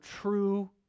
true